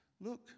look